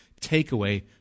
takeaway